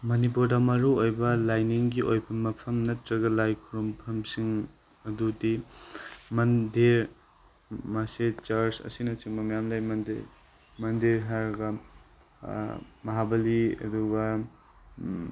ꯃꯅꯤꯄꯨꯔꯗ ꯃꯔꯨ ꯑꯣꯏꯕ ꯂꯥꯏꯅꯤꯡꯒꯤ ꯑꯣꯏꯕ ꯃꯐꯝ ꯅꯠꯇ꯭ꯔꯒ ꯂꯥꯏ ꯈꯨꯔꯨꯝꯐꯝꯁꯤꯡ ꯑꯗꯨꯗꯤ ꯃꯟꯗꯤꯔ ꯃꯁꯖꯤꯗ ꯆꯔꯆ ꯑꯁꯤꯅꯆꯤꯡꯕ ꯃꯌꯥꯝ ꯂꯩ ꯃꯟꯗꯤꯔ ꯃꯟꯗꯤꯔ ꯍꯥꯏꯔꯒ ꯃꯍꯥꯕꯂꯤ ꯑꯗꯨꯒ